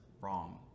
wrong